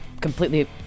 completely